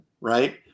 right